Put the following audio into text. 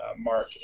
Mark